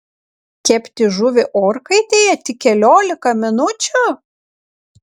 kepti žuvį orkaitėje tik keliolika minučių